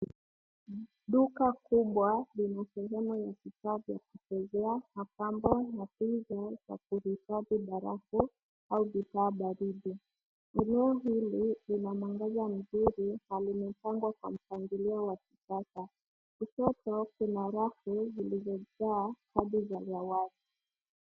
Duka kubwa lina sehemu ya kituo ya kupekea mapambo na friji za kuhifadhi barafu au bidhaa baridi. Eneo hili lina mwangaza mzuri nalinapangwa kwa mpangilio wa kisasa. Kushoto kuna rafu zilizojaa hadithi za zawadi.